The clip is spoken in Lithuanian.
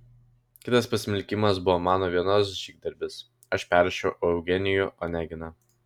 kitas pasmilkymas buvo mano vienos žygdarbis aš perrašiau eugenijų oneginą